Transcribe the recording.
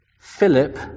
Philip